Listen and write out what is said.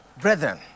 Brethren